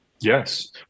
Yes